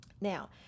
Now